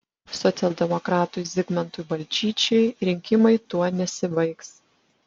socialdemokratui zigmantui balčyčiui rinkimai tuo nesibaigs